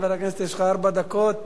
חבר הכנסת, יש לך ארבע דקות.